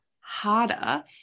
harder